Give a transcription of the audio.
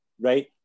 right